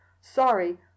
sorry